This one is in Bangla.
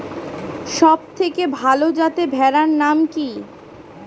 সবথেকে ভালো যাতে ভেড়ার নাম কি?